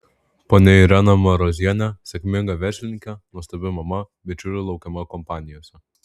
ponia irena marozienė sėkminga verslininkė nuostabi mama bičiulių laukiama kompanijose